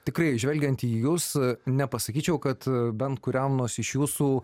tikrai žvelgiant į jus nepasakyčiau kad bent kuriam nors iš jūsų